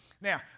Now